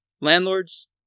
Landlords